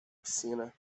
piscina